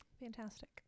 Fantastic